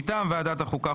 מטעם ועדת החוקה,